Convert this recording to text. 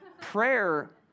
prayer